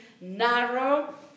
narrow